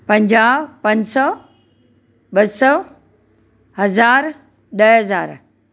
पंजाहु पंज सौ ॿ सौ हज़ारु ॾह हज़ार